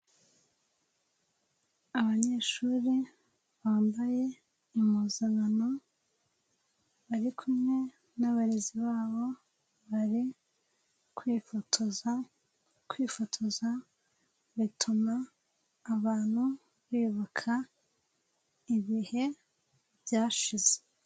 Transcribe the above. Abanyeshuri bambaye impuzankano ,bari kumwe n'abarezi babo bari kwifotoza. Kwifotoza bituma abantu bibuka ibihe byashize.